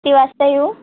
ती वाजता येऊ